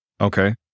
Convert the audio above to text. Okay